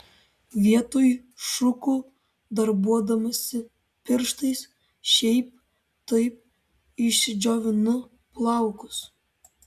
vietoj šukų darbuodamasi pirštais šiaip taip išsidžiovinu plaukus